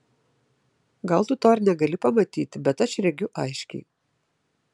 gal tu to ir negali pamatyti bet aš regiu aiškiai